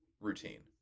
routine